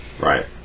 Right